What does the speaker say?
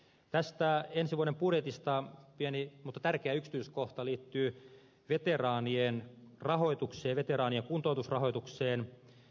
tästä ensi vuoden budjetista pieni mutta tärkeä yksityiskohta liittyy veteraanien rahoitukseen veteraanien kuntoutusrahoitukseen